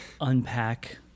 unpack